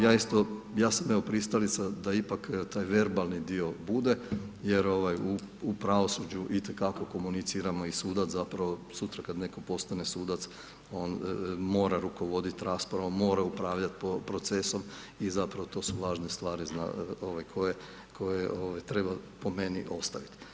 Ja isto, ja sam evo pristalica da ipak taj verbalni dio bude jer ovaj u pravosuđu i te kako komuniciramo i sudac zapravo, sutra kad netko postane sudac on mora rukovodit raspravom, mora upravljat procesom i zapravo to su važne stvari ovaj koje, koje ovaj treba po meni ostavit.